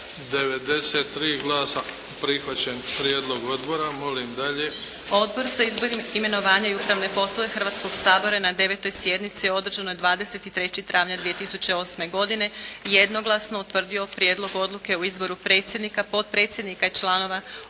**Majdenić, Nevenka (HDZ)** Odbor za izbor, imenovanje i upravne poslove Hrvatskog sabora je na 9. sjednici održanoj 23. travnja 2008. godine jednoglasno utvrdio Prijedlog odluke o izboru predsjednice, potpredsjednika i članova